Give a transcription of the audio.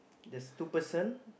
there's two person